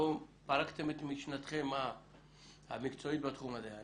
פרקתם את משתנכם המקצועית בתחום הזה.